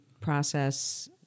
process